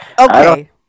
okay